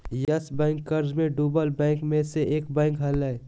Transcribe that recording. yes Bank कर्ज मे डूबल बैंक मे से एक बैंक हलय